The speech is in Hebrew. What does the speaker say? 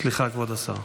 סליחה, כבוד השר.